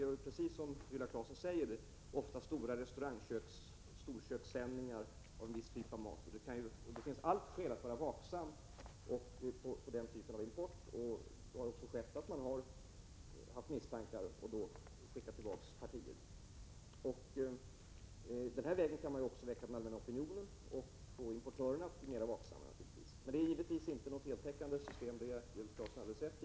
Precis som Viola Claesson säger handlar det ofta om storkökssändningar av en viss typ av mat, och det finns allt skäl att vara vaksam mot den typen av import. Det har också hänt att man haft misstankar och skickat tillbaka partier. Man kan också väcka den allmänna opinionen och få importörer mera vaksamma. Men detta är givetvis inte något heltäckande system — det ger jag Viola Claesson helt rätt i.